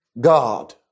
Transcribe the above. God